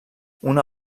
una